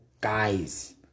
guys